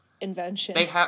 invention